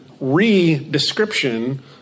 re-description